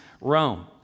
Rome